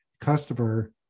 customer